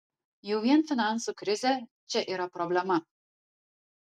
jau vien finansų krizė čia yra problema